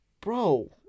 Bro